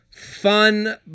fun